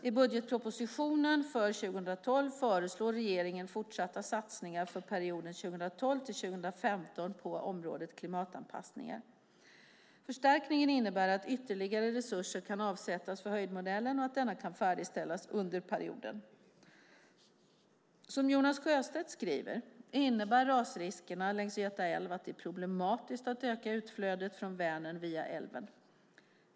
I budgetpropositionen för 2012 föreslår regeringen fortsatta satsningar för perioden 2012-2015 på området klimatanpassningar. Förstärkningen innebär att ytterligare resurser kan avsättas för höjdmodellen och att denna kan färdigställas under perioden. Som Jonas Sjöstedt skriver innebär rasriskerna längs Göta älv att det är problematiskt att öka utflödet från Vänern via älven.